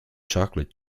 chocolate